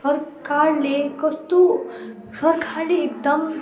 सरकारले कस्तो सरकारले एकदम